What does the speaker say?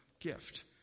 gift